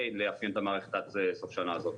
עם לאפיין את המערכת עד סוף השנה הזאת.